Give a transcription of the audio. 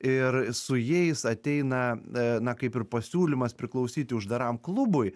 ir su jais ateina a na kaip ir pasiūlymas priklausyti uždaram klubui